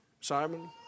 Simon